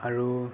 আৰু